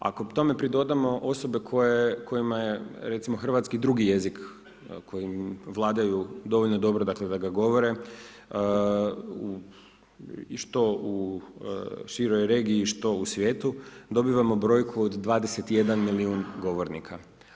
Ako tome pridodamo osobe kojima je, recimo hrvatski drugi jezik kojim vladaju dovoljno dobro, dakle da ga govore i što u široj regiji što u svijetu, dobivamo brojku od 21 milijun govornika.